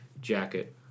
jacket